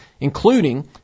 including